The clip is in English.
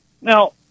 Now